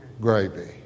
gravy